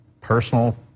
personal